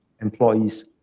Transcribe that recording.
employees